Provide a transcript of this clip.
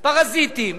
פרזיטים,